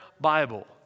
Bible